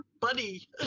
buddy